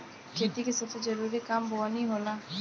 खेती के सबसे जरूरी काम बोअनी होला